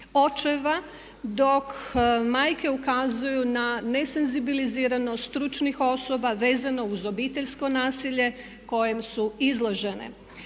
očeva dok majke ukazuju na nesenzibiliziranost stručnih osoba vezano uz obiteljsko nasilje kojem su izložene.